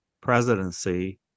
presidency